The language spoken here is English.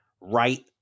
right